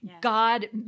God